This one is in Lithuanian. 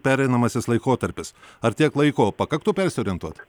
pereinamasis laikotarpis ar tiek laiko pakaktų persiorientuot